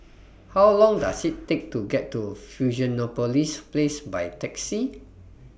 How Long Does IT Take to get to Fusionopolis Place By Taxi